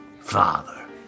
father